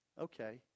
okay